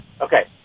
Okay